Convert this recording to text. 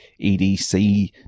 EDC